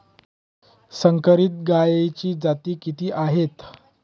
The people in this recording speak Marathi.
संकरित गायीच्या जाती किती आहेत?